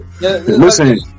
Listen